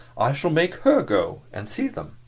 i shall make her go and see them.